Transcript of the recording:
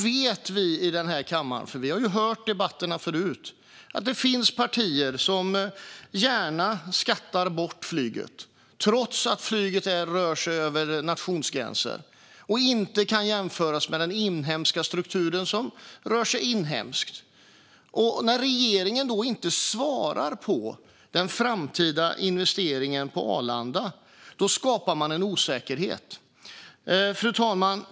Vi i den här kammaren vet, för vi har ju hört debatterna förut, att det finns partier som gärna skattar bort flyget, trots att flyget rör sig över nationsgränser och inte kan jämföras med den inhemska strukturen som rör sig inhemskt. När regeringen inte svarar på frågan om den framtida investeringen på Arlanda skapar man en osäkerhet. Fru talman!